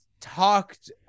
talked